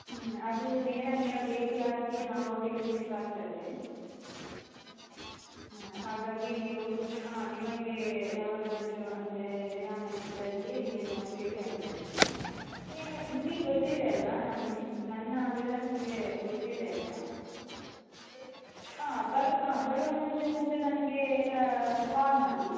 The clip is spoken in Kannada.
ಹ್ಞೂ ಅದು ನೇರ ನೇರ ಭೇಟಿಯಾಗಿಯೇ ನಾವು ತಿಳಿಸಬೇಕಾಗ್ತದೆ ಹಾಂ ಹಾಗಾಗಿ ನೀವು ನಿಮಗೆ ಯಾವಾಗಾದರೂ ಅಂದರೆ ವಿರಾಮ ಇದ್ದಲ್ಲಿ ನೀವು ಬಂದು ಭೇಟಿ ಆಗ್ಬೌದು ನಿಮಗೆ ಗೊತ್ತಿದೆ ಅಲ್ಲವಾ ನನ್ನ ನನ್ನ ವಿಳಾಸ ನಿಮಗೆ ಗೊತ್ತಿದೆ ಅಲ್ಲವಾ ಆಂ ಬರು ಆಂ ಬರುವ ಮುಂಚೆ ಒಂದು ನಮಗೆ ಕಾಲ್ ಮಾಡಿ